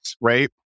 right